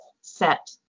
set